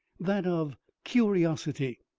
that of curiosity.